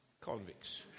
convicts